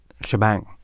shebang